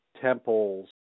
temples